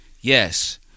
Yes